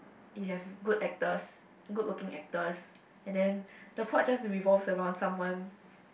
it have good actors good looking actors and then the plot just revolve around someone